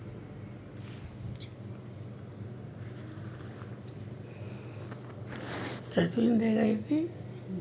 చదివిందే గా ఇది